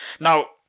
Now